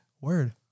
Word